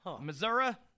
Missouri